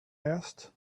asked